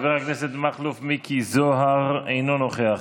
חבר הכנסת מיקי מכלוף זוהר, אינו נוכח,